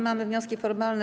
Mamy wnioski formalne.